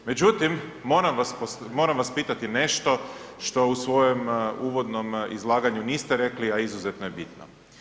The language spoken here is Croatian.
Međutim, moram vas pitati nešto što u svom uvodnom izlaganju niste rekli, a izuzetno je bitno.